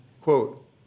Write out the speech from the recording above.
Quote